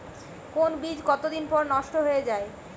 কোন বীজ কতদিন পর নষ্ট হয়ে য়ায়?